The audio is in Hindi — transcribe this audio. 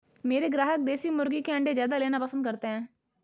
मेरे ग्राहक देसी मुर्गी के अंडे ज्यादा लेना पसंद करते हैं